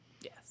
Yes